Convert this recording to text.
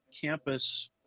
campus